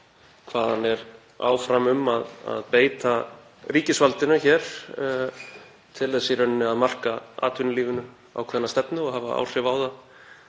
hvað hann er áfram um að beita ríkisvaldinu til þess í rauninni að marka atvinnulífinu ákveðna stefnu og hafa áhrif á það